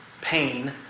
pain